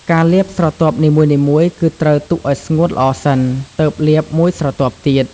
ការលាបស្រទាប់នីមួយៗ គឺត្រូវទុកឱ្យស្ងួតល្អសិន ទើបលាបមួយស្រទាប់ទៀត។